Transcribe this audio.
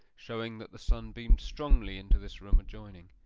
showing that the sun beamed strongly into this room adjoining.